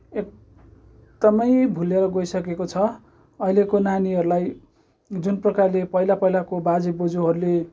एकदमै भुलेर गइसकेको छ अहिलेको नानीहरूलाई जुन प्रकारले पहिला पहिलाको बाजे बोजूहरूले